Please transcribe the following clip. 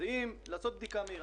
בדיקה מהירה.